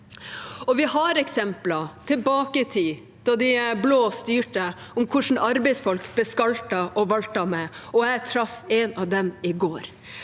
Vi har eksempler tilbake i tid, da de blå styrte, på hvordan arbeidsfolk ble skaltet og valtet med. Jeg traff en av dem i går.